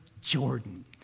Jordan